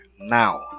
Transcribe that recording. now